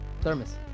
Thermos